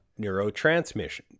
neurotransmission